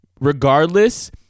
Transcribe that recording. regardless